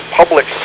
public